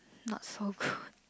not so good